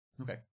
Okay